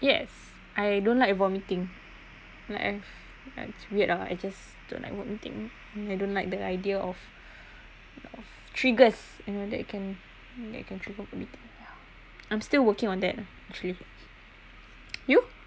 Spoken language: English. yes I don't like vomiting like if it's weird ah I just don't like vomiting I don't like the idea of of triggers you know that can that can trigger vomiting ya I'm still working on that lah actually you